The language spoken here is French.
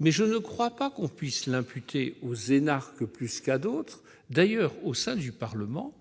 mais je ne crois pas qu'on puisse l'imputer aux énarques plus qu'à d'autres. D'ailleurs, au sein du Parlement,